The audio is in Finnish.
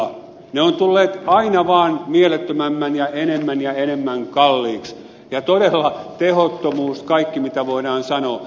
ne ovat tulleet aina vaan mielettömämmän kalliiksi enemmän ja enemmän kalliiksi ja todella tehottomuus on kaikki mitä voidaan sanoa